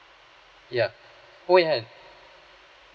ya